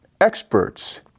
experts